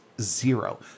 zero